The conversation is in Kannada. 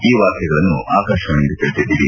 ಈ ವಾರ್ತೆಗಳನ್ನು ಆಕಾಶವಾಣಿಯಿಂದ ಕೇಳುತ್ತಿದ್ದೀರಿ